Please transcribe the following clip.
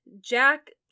Jack